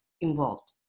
involved